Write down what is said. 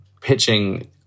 pitching